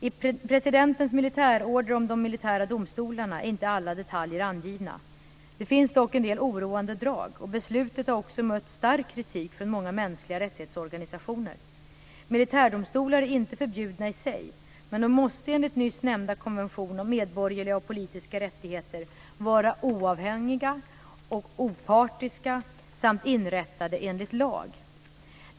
I presidentens militärorder om de militära domstolarna är inte alla detaljer angivna. Det finns dock en del oroande drag, och beslutet har också mött stark kritik från många mänskliga rättighetsorganisationer. Militärdomstolar är inte förbjudna i sig, men de måste enligt nyss nämnda konvention om medborgerliga och politiska rättigheter vara oavhängiga och opartiska samt inrättade enligt lag.